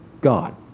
God